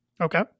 Okay